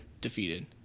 defeated